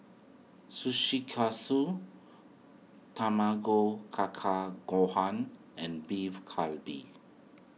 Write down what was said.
Sushi Katsu Tamago Kaka Gohan and Beef Galbi